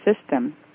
system